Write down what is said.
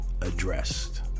addressed